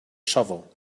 shovel